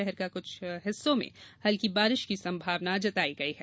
शहर के कुछ हिस्सों में हल्की बारिश की संभावना जताई गई है